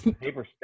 paper